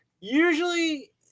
usually